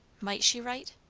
might she write?